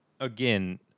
again